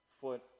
foot